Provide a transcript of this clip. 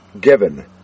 given